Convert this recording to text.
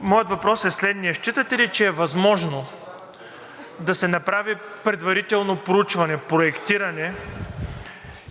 моят въпрос е следният: считате ли, че е възможно да се направи предварително проучване, проектиране